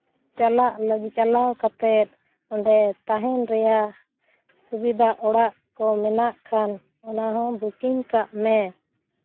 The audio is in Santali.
ᱪᱟᱞᱟᱜ ᱞᱟᱹᱜᱤᱫ ᱪᱟᱞᱟᱣ ᱠᱟᱛᱮ ᱚᱸᱰᱮ ᱛᱟᱦᱮᱱ ᱨᱮᱭᱟᱜ ᱥᱩᱵᱤᱫᱷᱟ ᱚᱲᱟᱜ ᱠᱚ ᱢᱮᱱᱟᱜ ᱠᱷᱟᱱ ᱚᱱᱟᱦᱚᱸ ᱵᱩᱠᱤᱝ ᱠᱟᱜ ᱢᱮ